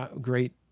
great